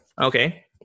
Okay